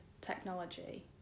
technology